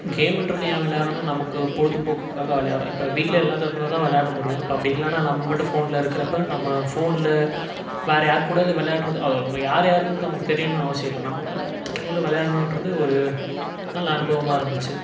கேமுன்றது ஏன் விளையாட்றோன்னா நமக்கு பொழுது போக்குக்காக விளையாடுறோம் இப்போ வீட்டில் எல்லோரும் இருந்தால் தான் விளையாட முடியும் இப்போ அப்படி இல்லைனா நம்ம மட்டும் ஃபோனில் இருக்கிறப்ப நம்ம ஃபோனில் வேறு யாருக்கூடையாவது விளையாடுறது அவங்க யாரு யாருன்னு நமக்கு தெரியணும் அவசியம் இல்லை நம்ம விளையாடுறோம் அவங்களும் விளையாடணுன்றது ஒரு நல்ல அனுபவமாக இருந்துச்சு